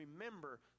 remember